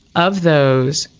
of those,